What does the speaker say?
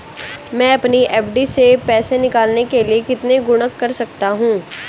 मैं अपनी एफ.डी से पैसे निकालने के लिए कितने गुणक कर सकता हूँ?